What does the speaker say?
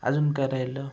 अजून काय राहिलं